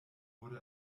wurde